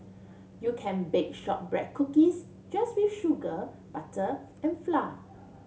you can bake shortbread cookies just with sugar butter and flour